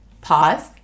pause